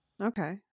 Okay